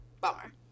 Bummer